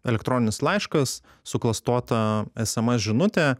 elektroninis laiškas suklastota sms žinutė